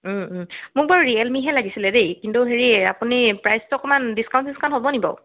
মোক আৰু ৰিয়েলমি হে লাগিছিলে দেই কিন্তু হেৰি আপুনি প্ৰাইচটো অকণমান ডিস্কাউণত চিস্কাউণত হ'বনি বাৰু